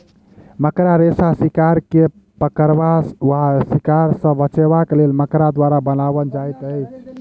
मकड़ा रेशा शिकार के पकड़बा वा शिकार सॅ बचबाक लेल मकड़ा द्वारा बनाओल जाइत अछि